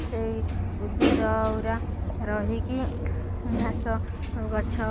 ସେଇ ଉଦ୍ଭିଦ ଗୁରା ରହିକି ଘାସ ଗଛ